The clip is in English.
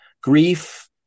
grief